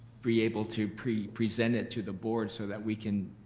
be able to present present it to the board so that we can